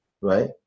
right